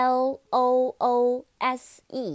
loose